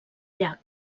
llac